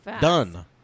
done